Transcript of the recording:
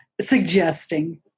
suggesting